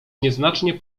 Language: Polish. nieznacznie